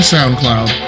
SoundCloud